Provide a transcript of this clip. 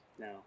No